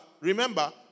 remember